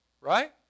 Right